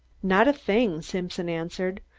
not a thing, simpson answered,